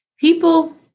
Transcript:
People